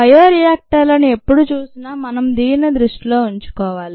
bio రియాక్టర్లని ఎప్పుడు చూసినా మనం దీనిని దృష్టిలో ఉంచుకోవాలి